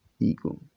ego